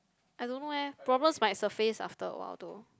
I don't know eh problems might surface after a while though